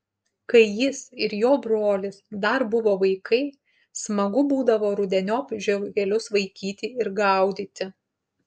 kai jis ir jo brolis dar buvo vaikai smagu būdavo rudeniop žiogelius vaikyti ir gaudyti